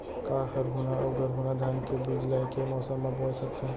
का हरहुना अऊ गरहुना धान के बीज ला ऐके मौसम मा बोए सकथन?